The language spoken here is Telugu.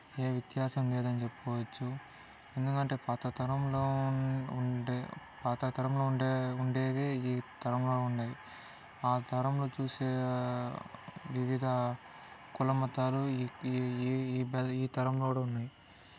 ఏ వ్యత్యాసం లేదని చెప్పుకోవచ్చు ఎందుకంటే పాతతరంలో ఉండే పాతతరంలో ఉండే ఉండేదే ఈ తరంలో ఉన్నాయి ఆ తరంలో చూసే వివిధ కులమతాలు ఈ ఈ తరంలో కూడా ఉన్నాయి